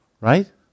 Right